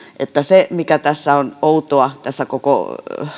että se mikä on outoa tässä koko